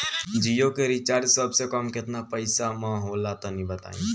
जियो के रिचार्ज सबसे कम केतना पईसा म होला तनि बताई?